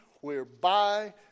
whereby